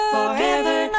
Forever